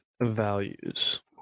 values